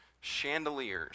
chandeliers